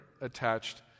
attached